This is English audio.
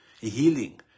Healing